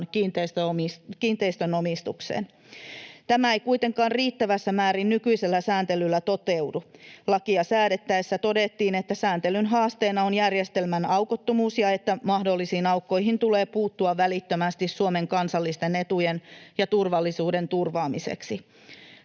kiinteistönomistukseen. Tämä ei kuitenkaan riittävässä määrin nykyisellä sääntelyllä toteudu. Lakia säädettäessä todettiin, että sääntelyn haasteena on järjestelmän aukottomuus ja että mahdollisiin aukkoihin tulee puuttua välittömästi Suomen kansallisten etujen ja turvallisuuden turvaamiseksi.